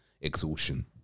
exhaustion